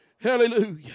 hallelujah